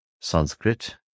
Sanskrit